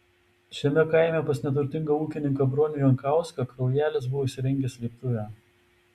šiame kaime pas neturtingą ūkininką bronių jankauską kraujelis buvo įsirengęs slėptuvę